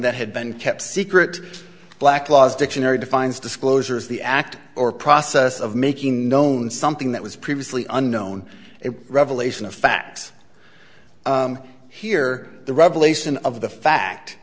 that had been kept secret black laws dictionary defines disclosures the act or process of making known something that was previously unknown a revelation of facts here the revelation of the fact